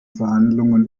verhandlungen